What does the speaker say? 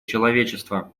человечества